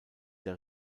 der